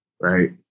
right